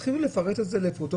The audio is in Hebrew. תתחילו לפרט את זה לפרוטות.